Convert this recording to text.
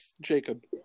Jacob